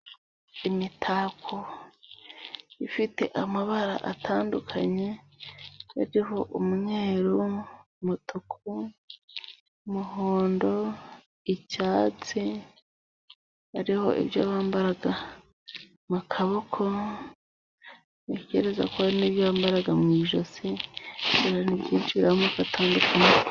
Imitako ifite amabara atandukanye hariho umweru, umutuku, umuhondo, icyatsi, hariho ibyo bambara ku kaboko, ntekerezako n'ibyo bambara mu ijosi biba bifite amoko atandukanye.